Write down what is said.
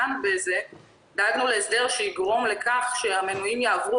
דאגנו להסדר שיגרום לכך שהמנויים יעברו